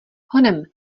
honem